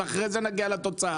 ואחרי זה נגיע לתוצאה?